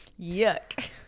Yuck